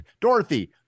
Dorothy